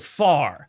far